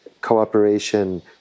cooperation